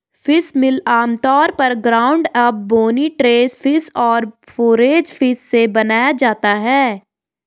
fishmeal आमतौर पर ground up, bony trash fish और फोरेज फिश से बनाया जाता है